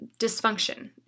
dysfunction